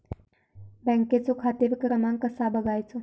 बँकेचो खाते क्रमांक कसो बगायचो?